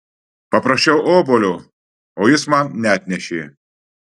paprašiau obuolio o jis man neatnešė